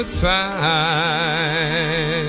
time